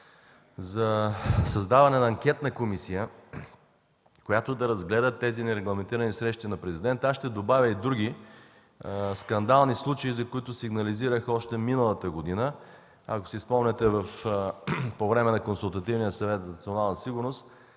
за създаването на анкетна комисия, която да разгледа тези нерегламентирани срещи на Президента. Аз ще добавя и други скандални случаи, за които сигнализирах още миналата година. Ако си спомняте, по време на Консултативния съвет по национална сигурност